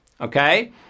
okay